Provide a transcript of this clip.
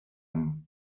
amb